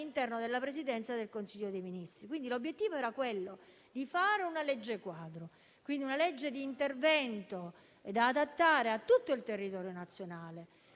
della Presidenza del Consiglio dei ministri. L'obiettivo era quello di fare una legge quadro, quindi una legge di intervento da adattare a tutto il territorio nazionale.